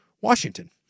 Washington